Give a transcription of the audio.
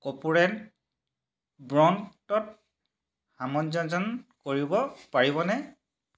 corporate bond ত সামঞ্জস্য কৰিব পাৰিবনে